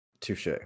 Touche